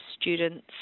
students